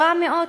ובכן,